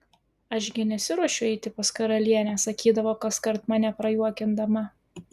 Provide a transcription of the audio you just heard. aš gi nesiruošiu eiti pas karalienę sakydavo kaskart mane prajuokindama